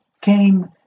came